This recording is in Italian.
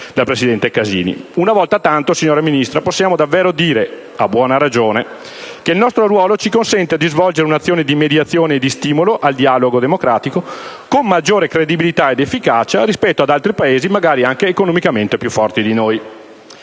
Una volta tanto, signora Ministro, possiamo davvero dire, a buona ragione, che il nostro ruolo ci consente di svolgere un'azione di mediazione e di stimolo al dialogo democratico, con maggiore credibilità ed efficacia rispetto ad altri Paesi, magari anche economicamente più forti di noi.